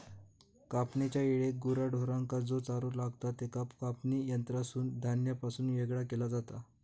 कापणेच्या येळाक गुरा ढोरांका जो चारो लागतां त्याका कापणी यंत्रासून धान्यापासून येगळा केला जाता